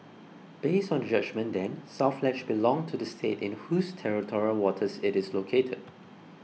based on the judgement then South Ledge belonged to the state in whose territorial waters it is located